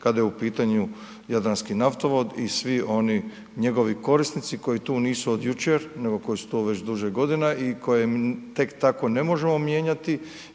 kada je u pitanju Jadranski naftovod i svi oni njegovi korisnici koji tu nisu od jučer, nego koji su tu već duže godina i koje tek tako ne možemo mijenjati,